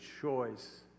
choice